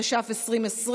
התש"ף 2020,